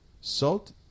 salt